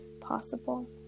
possible